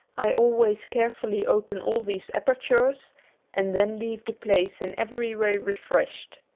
i always carefully open all these apertures and then leave the place in every way refreshed.